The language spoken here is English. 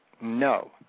No